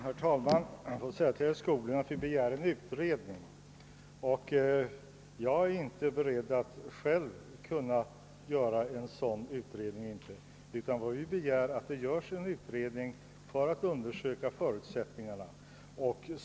Herr talman! Jag vill säga till herr Skoglund att vi begär en utredning av förutsättningarna för förläggande av en massafabrik till Västerbottens inland. Jag är inte beredd att själv göra en sådan utredning.